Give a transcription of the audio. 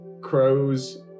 Crows